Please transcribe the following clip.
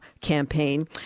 campaign